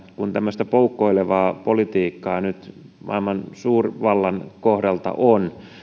kun tämmöistä poukkoilevaa politiikkaa nyt maailman suurvallan kohdalta on niin